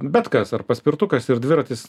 bet kas ar paspirtukas ir dviratis